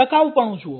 ટકાઉપણું જુઓ